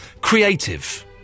creative